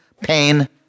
pain